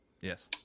Yes